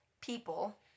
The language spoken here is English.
people